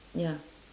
ya